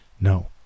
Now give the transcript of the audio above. No